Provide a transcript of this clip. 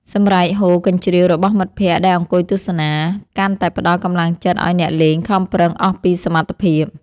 សម្រែកហ៊ោរកញ្ជ្រៀវរបស់មិត្តភក្តិដែលអង្គុយទស្សនា កាន់តែផ្ដល់កម្លាំងចិត្តឱ្យអ្នកលេងខំប្រឹងអស់ពីសមត្ថភាព។